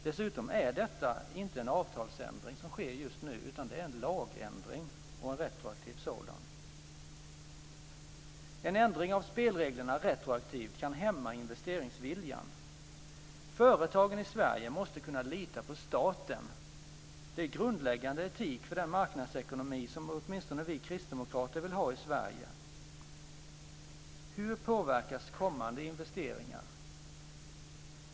Dessutom är det inte en avtalsändring som sker just nu, utan det är en lagändring - en retroaktiv sådan. En ändring av spelreglerna retroaktivt kan hämma investeringsviljan. Företagen i Sverige måste kunna lita på staten. Det är grundläggande etik för den marknadsekonomi som åtminstone vi kristdemokrater vill ha i Sverige. Hur påverkas kommande investeringar?